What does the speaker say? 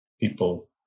people